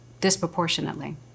disproportionately